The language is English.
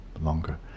longer